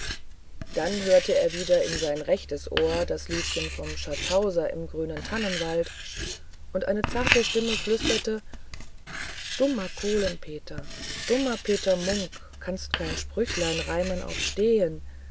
dann hörte er wieder in sein rechtes ohr das liedchen vom schatzhauser im grünen tannenwald und eine zarte stimme flüsterte dummer kohlen peter dummer peter munk kannst kein sprüchlein reimen auf